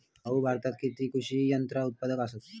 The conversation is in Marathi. भाऊ, भारतात किती कृषी यंत्रा उत्पादक असतत